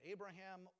Abraham